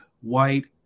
white